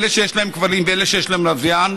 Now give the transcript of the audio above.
אלה שיש להם כבלים ואלה שיש להם לוויין,